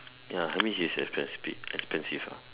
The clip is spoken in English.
ya that means is expensive expensive ah